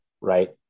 right